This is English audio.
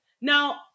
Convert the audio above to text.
Now